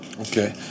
okay